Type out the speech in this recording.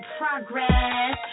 progress